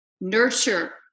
Nurture